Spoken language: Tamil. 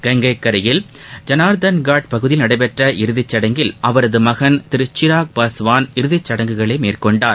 கங்கை கரையில் ஜனார்தன்காட் பகுதியில் நடைபெற்ற இறுதிச்சுடங்கில் அவரது மகன் திரு சிராக் பாஸ்வான் இறுதிச்சடங்குகளை மேற்கொண்டார்